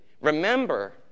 Remember